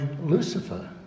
Lucifer